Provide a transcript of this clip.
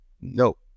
no